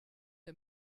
der